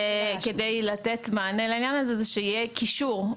כדי לתת מענה לעניין הזה, זה שיהיה קישור.